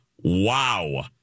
wow